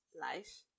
life